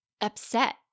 upset